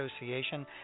association